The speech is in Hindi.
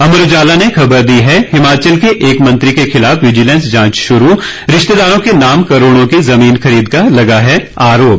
अमर उजाला ने खबर दी है हिमाचल के एक मंत्री के खिलाफ विजिलेंस जांच शुरू रिश्तेदारों के नाम करोड़ों की जमीन खरीद का लगा है आरोप